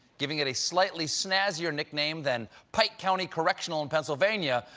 giving it a slightly snazzier nickname than pike county correctional in pennsylvania,